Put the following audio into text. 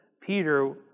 Peter